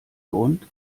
grund